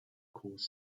cause